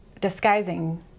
disguising